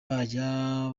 bajya